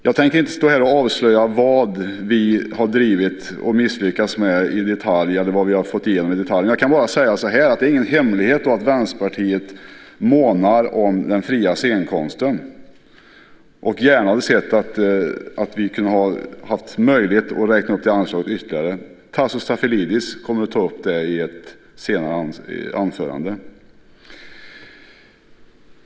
Jag tänker inte i detalj avslöja vilka frågor vi drivit och misslyckats med, eller vad vi fått igenom. Jag kan emellertid säga att det inte är någon hemlighet att Vänsterpartiet månar om den fria scenkonsten och gärna hade sett att vi kunnat räkna upp det anslaget ytterligare. Tasso Stafilidis kommer att ta upp detta i ett senare anförande.